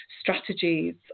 strategies